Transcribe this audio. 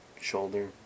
shoulder